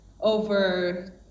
over